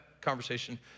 conversation